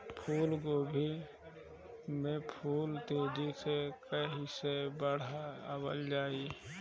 फूल गोभी के फूल तेजी से कइसे बढ़ावल जाई?